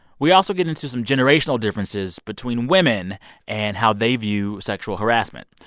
we also get into some generational differences between women and how they view sexual harassment.